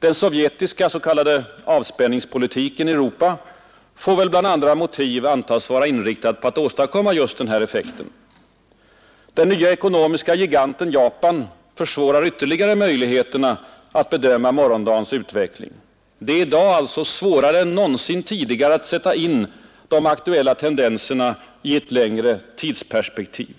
Den sovjetiska s.k. avspänningspolitiken i Europa får väl, bland andra motiv, antas vara inriktad på att åstadkomma just den här effekten. Den nya ekonomiska giganten Japan försvårar ytterligare möjligheterna att bedöma morgondagens utveckling. Det är i dag alltså svårare än någonsin tidigare att sätta in de aktuella tendenserna i ett längre tidsperspektiv.